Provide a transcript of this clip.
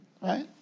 right